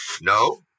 No